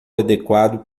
adequado